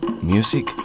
music